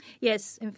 Yes